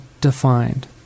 defined